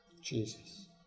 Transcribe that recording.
Jesus